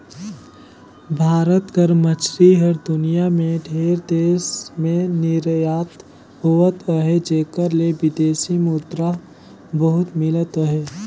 भारत कर मछरी हर दुनियां में ढेरे देस में निरयात होवत अहे जेकर ले बिदेसी मुद्रा बहुत मिलत अहे